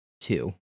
two